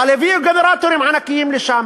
אבל הביאו גנרטורים ענקיים לשם,